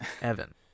Evan